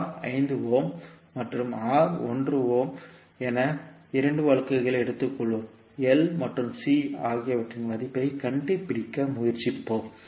R 5 ohm மற்றும் R 1 ohm என 2 வழக்குகளை எடுத்துக்கொள்வோம் L மற்றும் C ஆகியவற்றின் மதிப்பைக் கண்டுபிடிக்க முயற்சிப்போம்